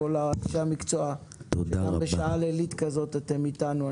לכל אנשי המקצוע שהיום בשעה לילית כזאת אתם איתנו.